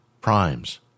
primes